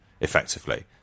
effectively